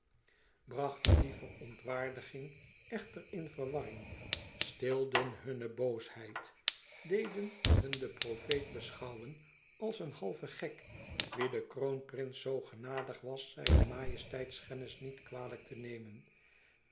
brachten die verontwaardiging echter in verwarring stilden hunne boosheid deden hun den profeet beschouwen als een halven gek wien de kroonprins zoo genadig was zijne majesteitschennis niet kwalijk te nemen